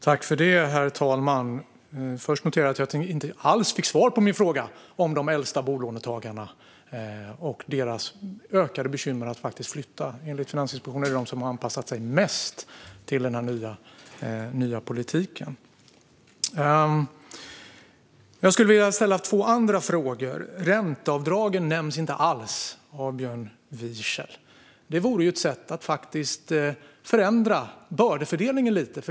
Herr talman! Först noterar jag att jag inte alls fick svar på min fråga om de äldsta bolånetagarna och deras ökade bekymmer med att flytta. Enligt Finansinspektionen är det de som har anpassat sig mest till den nya politiken. Jag skulle vilja ställa två andra frågor. Ränteavdragen nämns inte alls av Björn Wiechel. Det vore ju ett sätt att förändra bördefördelningen lite.